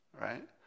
right